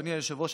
אדוני היושב-ראש,